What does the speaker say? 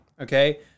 okay